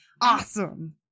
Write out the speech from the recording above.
awesome